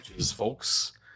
folks